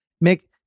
make